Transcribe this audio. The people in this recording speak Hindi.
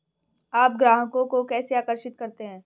आप ग्राहकों को कैसे आकर्षित करते हैं?